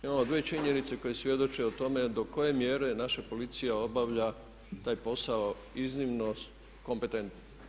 Imamo dvije činjenice koje svjedoče o tome do koje mjere naša policija obavlja taj posao iznimno kompetentno.